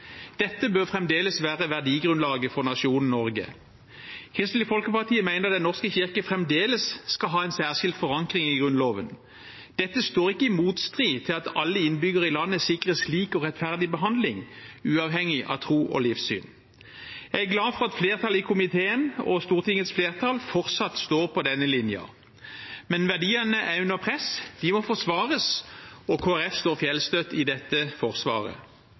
Dette bør fremdeles være verdigrunnlaget for nasjonen Norge. Kristelig Folkeparti mener Den norske kirke fremdeles skal ha en særskilt forankring i Grunnloven. Dette står ikke i motstrid til at alle innbyggere i landet sikres lik og rettferdig behandling, uavhengig av tro og livssyn. Jeg er glad for at flertallet i komiteen og Stortingets flertall fortsatt står på denne linjen, men verdiene er under press. De må forsvares, og Kristelig Folkeparti står fjellstøtt i dette forsvaret,